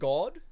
God